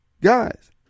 guys